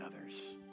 others